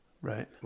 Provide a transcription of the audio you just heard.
Right